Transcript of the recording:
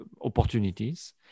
opportunities